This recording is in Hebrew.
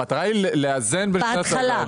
המטרה היא לאזן בין שני הצדדים.